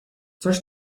coś